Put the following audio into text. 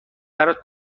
برات